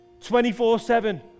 24-7